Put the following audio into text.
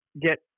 get